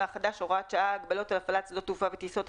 החדש (הוראת שעה)(הגבלות על הפעלת שדות תעופה וטיסות),